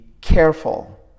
careful